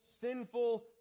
sinful